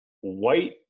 white